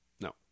No